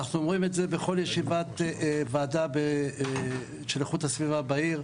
אנחנו אומרים את זה בכל ישיבת ועדה של איכות הסביבה בעיר.